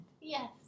Yes